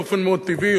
באופן מאוד טבעי,